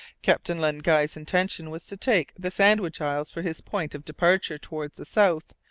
captain len guy's intention was to take the sandwich isles for his point of departure towards the south,